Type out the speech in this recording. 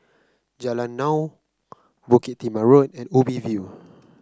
Jalan Naung Bukit Timah Road and Ubi View